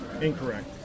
incorrect